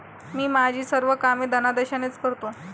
मी माझी सर्व कामे धनादेशानेच करतो